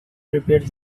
prepared